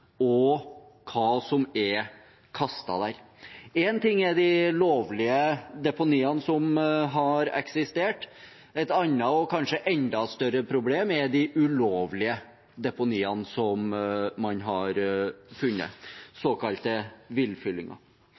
og hva som er kastet der. Én ting er de lovlige deponiene som har eksistert; et annet og kanskje enda større problem er de ulovlige deponiene som man har funnet, såkalte villfyllinger.